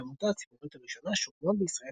היא העמותה הציבורית הראשונה שהוקמה בישראל